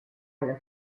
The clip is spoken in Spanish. los